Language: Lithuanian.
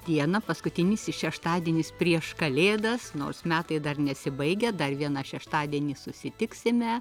diena paskutinysis šeštadienis prieš kalėdas nors metai dar nesibaigia dar vieną šeštadienį susitiksime